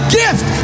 gift